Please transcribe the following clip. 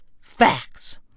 Facts